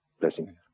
blessing